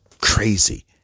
crazy